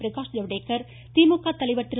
பிரகாஷ் ஜவ்டேகர் திமுக தலைவர் திரு